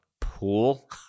pool